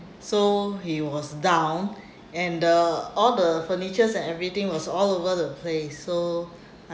so he was down and the all the furniture and everything was all over the place so